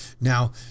Now